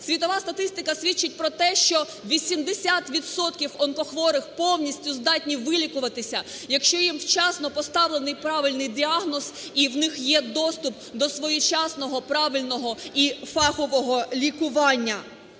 Світова статистика свідчить про те, що 80 відсотків онкохворих повністю здатні вилікуватися, якщо їм вчасно поставлений правильний діагноз і в них є доступ до своєчасного, правильного і фахового лікування.